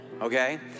Okay